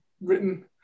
written